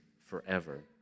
forever